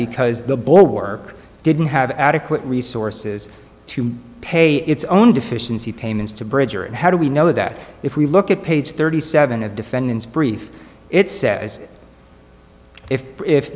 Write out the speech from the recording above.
because the bore didn't have adequate resources to pay its own deficiency payments to bridger and how do we know that if we look at page thirty seven of defendants brief it says if